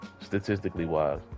statistically-wise